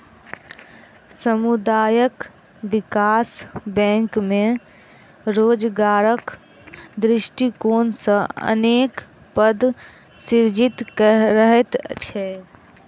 सामुदायिक विकास बैंक मे रोजगारक दृष्टिकोण सॅ अनेक पद सृजित रहैत छै